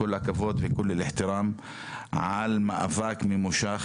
כל הכבוד על מאבק ממושך.